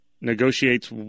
negotiates